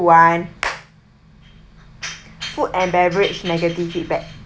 one food and beverage negative feedback